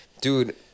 Dude